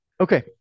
Okay